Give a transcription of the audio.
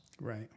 Right